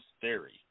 theory